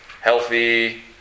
healthy